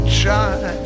try